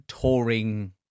touring